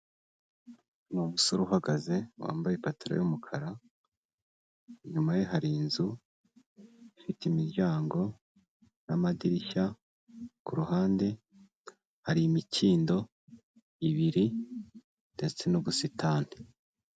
Umusore uhagaze wambaye ipantalo y'umukara, inyuma ye hari inzu ifite imiryango n'amadirishya, ku ruhande hari imikindo ibiri ndetse n'ubusitani.